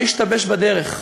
מה השתבש בדרך?